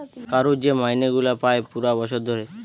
কারুর যে মাইনে গুলা পায় পুরা বছর ধরে